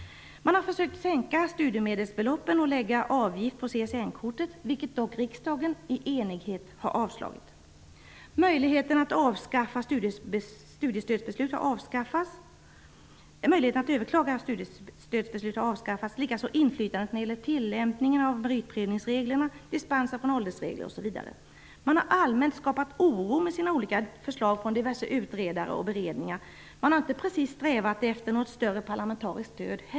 Man har försökt sänka studiemedelsbeloppen och lägga en avgift på CSN kortet, vilket riksdagen dock i enighet har förhindrat. Möjligheten att överklaga studiestödsbeslut har avskaffats liksom inflytandet på tillämpningen av meritprövningsreglerna, dispenser från åldersregler osv. Man har allmänt skapat oro med sina olika förslag från diverse utredare och beredningar. Man har inte precis strävat efter något större parlamentariskt stöd.